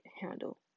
handle